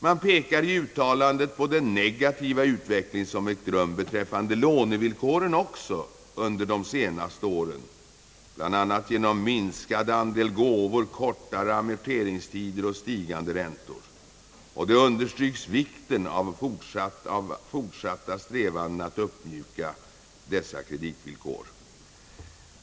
Man pekar i uttalandet på den negativa utveckling som ägt rum också beträffande lånevillkoren under de senaste åren, bl.a. genom minskad andel gåvor, kortare amorteringstider och stigande räntor, och man understryker vikten av fortsatta strävanden att uppmjuka kreditvillkoren.